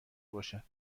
باشد